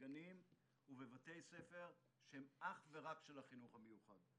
בגנים ובבתי ספר שהם אך ורק של החינוך המיוחד;